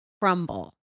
crumble